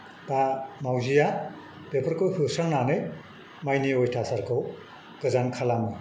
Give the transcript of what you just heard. दा मावजिया बेफोरखौ होस्रांनानै माइनि अयथासारखौ गोजान खालामो